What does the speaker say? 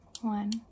one